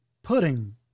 pudding